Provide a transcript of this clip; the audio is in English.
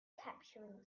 capturing